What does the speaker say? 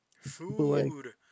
Food